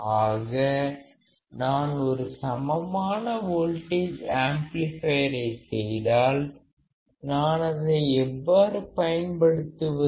ஆக நான் ஒரு சமமான வோல்டேஜ் ஆம்ப்ளிபையர் ஐ செய்தால் நான் அதை எவ்வாறு பயன்படுத்துவது